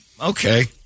okay